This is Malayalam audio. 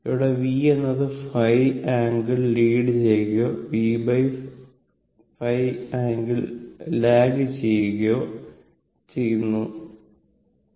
ഇവിടെ v എന്നത് ϕ ആംഗിൾ ലീഡ് ചെയ്യുകയോ V ϕ ലാഗ് ചെയ്യുന്നതോ ആണ്